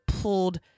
pulled